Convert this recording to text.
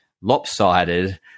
lopsided